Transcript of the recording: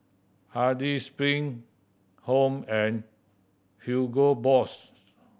Hardy's Spring Home and Hugo Boss